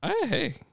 Hey